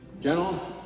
general